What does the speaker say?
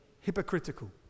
hypocritical